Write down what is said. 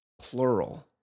plural